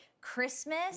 Christmas